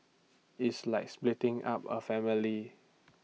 it's like splitting up A family